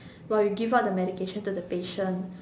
while you give out the medication to the patient